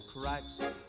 cracks